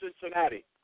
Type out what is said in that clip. Cincinnati